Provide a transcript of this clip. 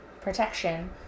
protection